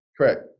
Correct